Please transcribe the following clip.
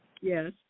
yes